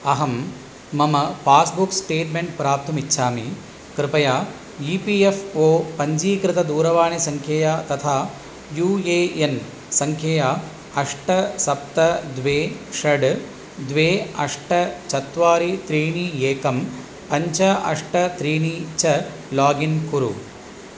अहं मम passbook statement प्राप्तुमिच्छामि कृपया ई पि एफ़् ओ पञ्चीकृतदूरवाणीसङ्ख्यया तथा यू ए एन् सङ्ख्यया अष्ट सप्त द्वे षड् द्वे अष्ट चत्वारि त्रीणि एकं पञ्च अष्ट त्रीणि च लागिन् कुरु